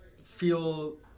feel